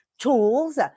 tools